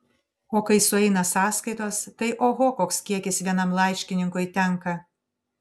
o kai sueina sąskaitos tai oho koks kiekis vienam laiškininkui tenka